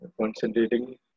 concentrating